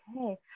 okay